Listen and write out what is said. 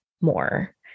more